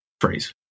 phrase